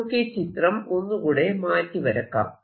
നമുക്കീ ചിത്രം ഒന്നുകൂടെ മാറ്റി വരക്കാം